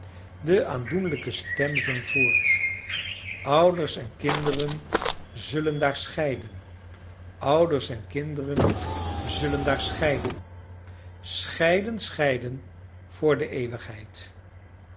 de aandoenlijke stem zong voort ouders en kinderen zullen daar scheiden ouders en kinderen zullen daar scheiden scheiden scheiden voor d'eeuwigheid